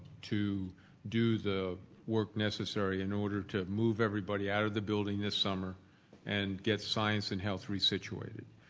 to do the work necessary in order to move everybody out of the building this summer and get science and health re-situated.